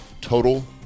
Total